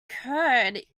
curd